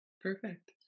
Perfect